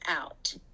out